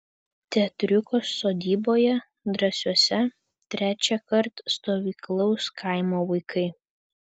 teatriuko sodyboje drąsiuose trečiąkart stovyklaus kaimo vaikai